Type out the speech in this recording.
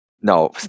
No